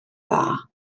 dda